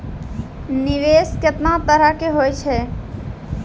निवेश केतना तरह के होय छै?